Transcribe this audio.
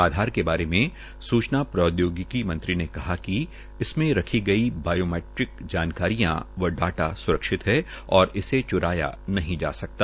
आधार के बारे में सूचना प्रौद्योगिकी मंत्री ने कहा क इसमे रखी गयी बायोमीट्रिक जानकारियां व डाटा स्रक्षित है और इसे च्राया नहीं जा सकता